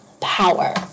power